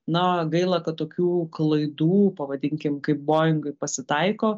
na gaila kad tokių klaidų pavadinkim kaip boingai pasitaiko